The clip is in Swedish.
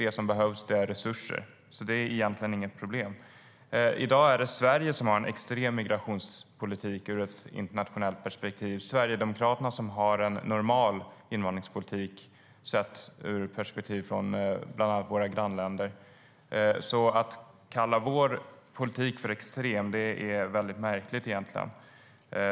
Det som behövs är resurser, så det är egentligen inget problem.I dag är det Sverige som har en extrem migrationspolitik ur ett internationellt perspektiv. Sverigedemokraterna har en normal invandringspolitik sett från bland annat våra grannländers perspektiv. Att kalla vår politik för extrem är egentligen väldigt märkligt.